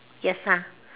yes ah